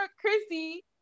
Chrissy